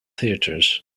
theatres